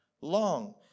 long